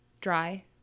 Dry